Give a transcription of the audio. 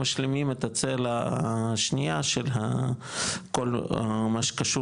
משלימים את הצלע השנייה של כל מה שקשור